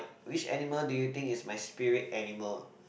which animal do you think is my spirit animal